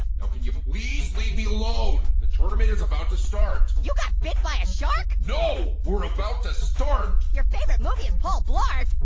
ah can you please leave me alone? the tournament is about to start. you got bit by a shark? no! we're about to start. your favorite movie is paul blart?